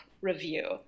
review